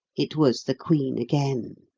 it was the queen again!